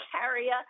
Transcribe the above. carrier